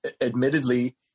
admittedly